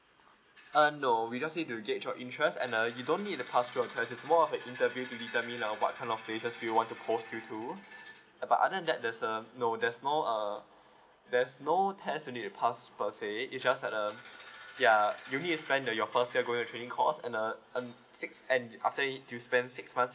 uh no we just need to get your interest and uh you don't need to pass your test it's more of a like interview to determine uh what kind of places we want to post you to uh but other than that there's uh no there's no uh there's no test you need to pass per se is just at uh ya you need to spend your first year going for training course and uh and six and after it you spent six month